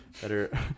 better